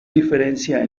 diferencia